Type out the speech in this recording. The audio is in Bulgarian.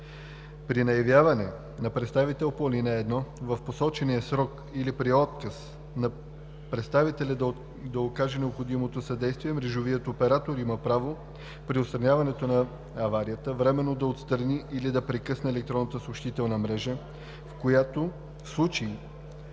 При неявяване на представител по ал. 1 в посочения срок или при отказ на представителя да окаже необходимото съдействие мрежовият оператор има право при отстраняването на аварията временно да отстрани или да прекъсне електронната съобщителна мрежа, в случай